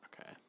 Okay